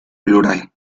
plural